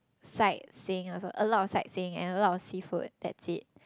sightseeing also a lot of sightseeing and a lot of seafood that's it